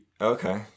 Okay